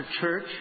church